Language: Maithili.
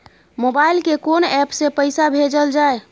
मोबाइल के कोन एप से पैसा भेजल जाए?